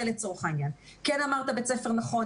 של ההורה לצורך העניין כן אמר את בית הספר נכון,